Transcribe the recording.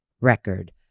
record